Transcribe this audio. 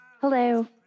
Hello